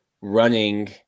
running